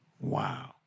Wow